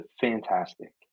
fantastic